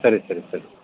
ಸರಿ ಸರಿ ಸರಿ